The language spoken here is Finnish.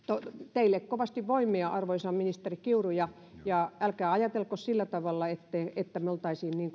teille kovasti voimia arvoisa ministeri kiuru ja ja älkää ajatelko sillä tavalla että me olisimme